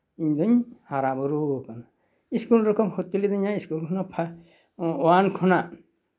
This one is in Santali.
ᱤᱧᱫᱩᱧ ᱦᱟᱨᱟ ᱵᱩᱨᱩ ᱟᱠᱟᱱᱟ ᱤᱥᱠᱩᱞ ᱨᱮᱠᱚ ᱵᱷᱚᱨᱛᱤ ᱞᱤᱫᱤᱧᱟ ᱤᱥᱠᱩᱞ ᱠᱷᱚᱱ ᱦᱚᱸ ᱳᱭᱟᱱ ᱠᱷᱚᱱᱟᱜ